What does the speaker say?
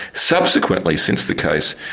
subsequently, since the case,